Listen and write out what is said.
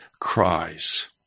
cries